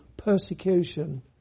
persecution